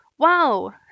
Wow